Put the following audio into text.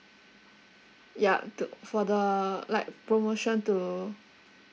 ya to for the like promotion to